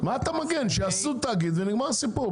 שיעשו תאגיד ונגמר הסיפור.